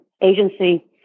agency